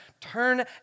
Turn